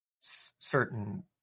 certain